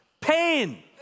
Pain